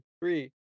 three